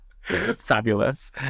Fabulous